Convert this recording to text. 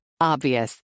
Obvious